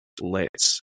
lets